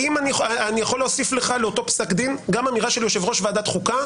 אני יכול להוסיף לך לאותו פסק דין גם אמירה של יושב-ראש ועדת חוקה,